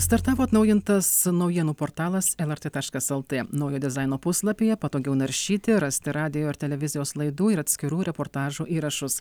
startavo atnaujintas naujienų portalas el er tė taškas el tė naujo dizaino puslapyje patogiau naršyti rasti radijo ir televizijos laidų ir atskirų reportažų įrašus